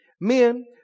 men